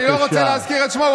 אני לא רוצה להזכיר את שמו.